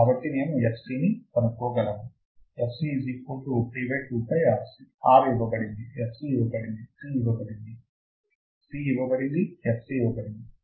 కాబట్టి నేను Fc ని కనుక్కోగలను R ఇవ్వబడింది fc ఇవ్వబడింది C ఇవ్వబడింది